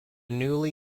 newly